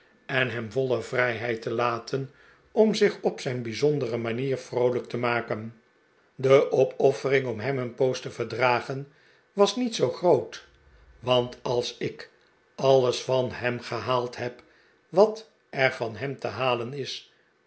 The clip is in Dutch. en hem voile vrijheid te laten om zich op zijn bijzondere manier vroolijk te maken de opoffering om hem een poos te verdragen was niet zoo groot want als ik alles van hem gehaald heb wat er van hem te halen is